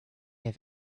have